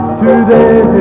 today